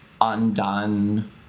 undone